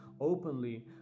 openly